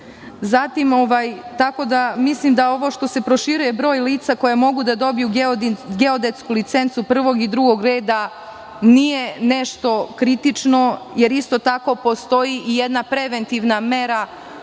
na terenu. Mislim da ovo što se proširuje broj lica koja mogu da dobiju geodetsku licencu prvog i drugog reda nije nešto kritično, jer isto tako postoji i jedna preventivna mera